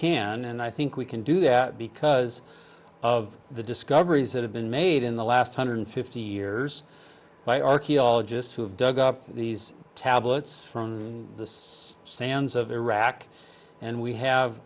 can and i think we can do that because of the discoveries that have been made in the last hundred fifty years by archaeologists who have dug up these tablets from this sands of iraq and we have